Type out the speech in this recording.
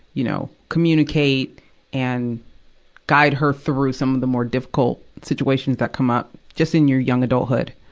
you know, communicate and guide her through some of the more difficult situations that come up, just in your young adulthood.